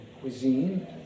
cuisine